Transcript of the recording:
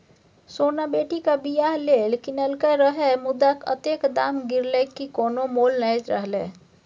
सोना बेटीक बियाह लेल कीनलकै रहय मुदा अतेक दाम गिरलै कि कोनो मोल नहि रहलै